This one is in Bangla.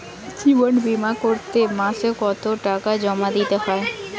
জীবন বিমা করতে মাসে কতো টাকা জমা দিতে হয়?